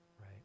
Right